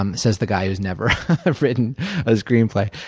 um says the guy who's never written a screenplay.